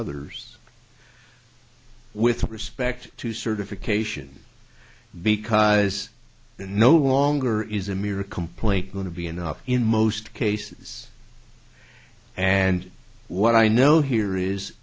others with respect to certification because they're no longer is a mere complaint going to be enough in most cases and what i know here is